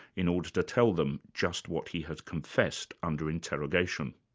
in order to tell them just what he has confessed under interrogation.